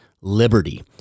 liberty